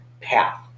path